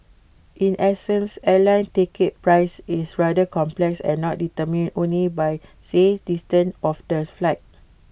in essence airline ticket price is rather complex and not determined only by say distance of the flight